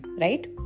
Right